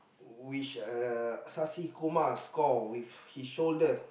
which uh Sasikumar score with his shoulder